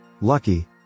Lucky